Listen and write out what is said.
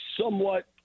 somewhat